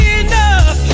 enough